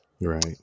Right